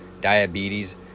diabetes